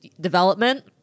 development